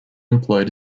employed